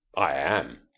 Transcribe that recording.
i am.